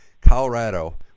Colorado